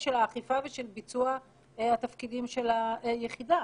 של האכיפה ושל ביצוע התפקידים של היחידה.